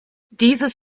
dieses